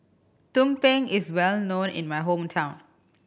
tumpeng is well known in my hometown